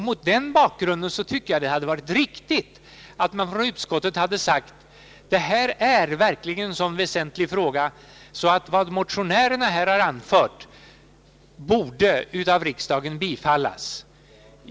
Mot den bakgrunden tycker jag att det hade varit riktigt om utskottet hade sagt: Detta är verkligen en så väsentlig fråga att vad motionärerna har anfört borde av riksdagen bifallas.